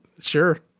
sure